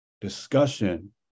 discussion